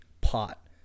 pot